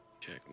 Check